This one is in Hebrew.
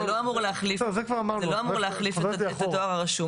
זה לא אמור להחליף את הדואר הרשום.